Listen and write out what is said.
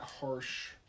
harsh